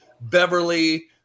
Beverly